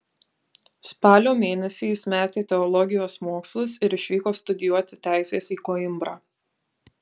spalio mėnesį jis metė teologijos mokslus ir išvyko studijuoti teisės į koimbrą